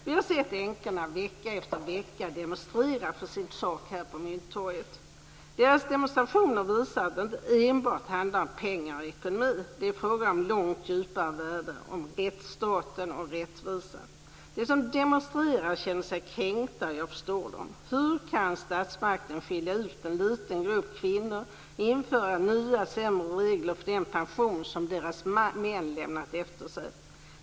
Vi har sett änkorna vecka efter vecka demonstrera för sin sak här på Mynttorget. Deras demonstrationer visar att det inte enbart handlar om pengar och ekonomi, utan det är fråga om långt djupare värden, om rättsstaten och rättvisa. De som demonstrerar känner sig kränkta, och jag förstår dem. Hur kan statsmakten skilja ut en liten grupp kvinnor och införa nya sämre regler för den pension som deras män lämnat efter sig?